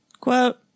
quote